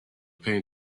pain